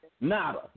nada